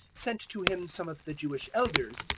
sent to him some of the jewish elders,